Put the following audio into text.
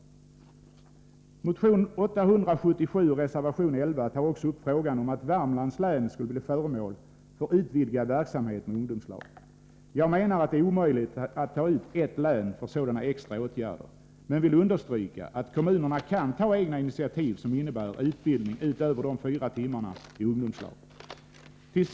I motion 877 och reservation 11 tar vpk upp frågan om att Värmlands län skulle bli föremål för utvidgad verksamhet med ungdomslag. Jag menar att det är omöjligt att ta ut ett län för sådana extra åtgärder, men jag vill understryka att kommunerna kan ta egna initiativ som innebär utbildning utöver de fyra timmarna i ungdomslag.